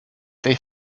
they